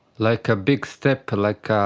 like a big step, like a